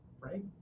Right